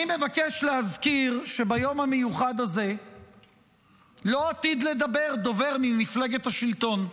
אני מבקש להזכיר שביום המיוחד הזה לא עתיד לדבר דובר ממפלגת השלטון.